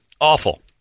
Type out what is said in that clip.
Awful